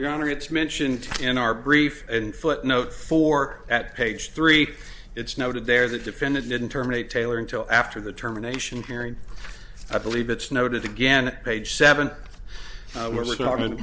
your honor it's mentioned in our brief and footnote four at page three it's noted there the defendant didn't terminate taylor until after the terminations hearing i believe it's noted again page seven we're talking